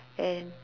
and